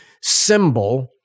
symbol